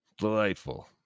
delightful